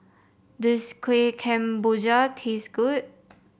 does Kueh Kemboja taste good